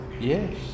Yes